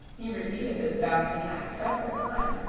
he repeated this bouncing act several times,